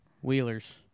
Wheeler's